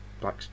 black